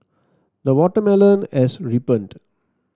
the watermelon has ripened